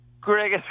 Greg